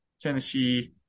Tennessee